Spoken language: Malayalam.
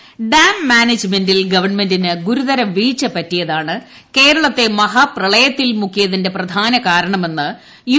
എഫ് ഡാം മാനേജ്മെന്റിൽ സർക്കാരിന് ഗുരുതര വീഴ്ച പറ്റിയതാണ് കേരളത്തെ മഹാപ്രളയത്തിൽ മുക്കിയതിന്റെ പ്രധാന കാരണമെന്ന് യു